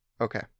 Okay